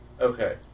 Okay